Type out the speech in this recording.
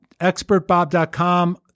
expertbob.com